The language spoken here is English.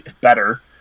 better